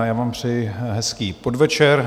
Já vám přeji hezký podvečer.